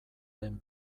den